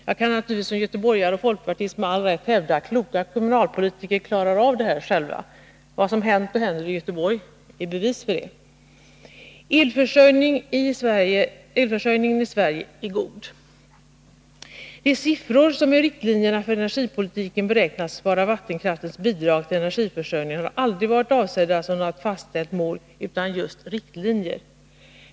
Jag kan naturligtvis som göteborgare och folkpartist med all rätt hävda att kloka kommunalpolitiker klarar av detta själva. Vad som hänt och händer i Göteborg är bevis för det. Elförsörjningen i Sverige är god. Det som i riktlinjerna för energipolitiken beräknats vara vattenkraftens bidrag till energiförsörjningen har aldrig varit avsett som något fastställt mål utan just riktlinjer.